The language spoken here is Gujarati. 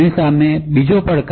2 વોલ્ટ અને જ્યારે ચેલેંજ 120 ° 1